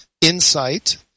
insight